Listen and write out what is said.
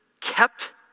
kept